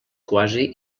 quasi